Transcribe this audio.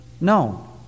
No